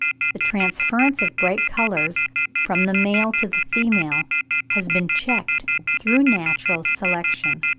the transference of bright colours from the male to the female has been checked through natural selection.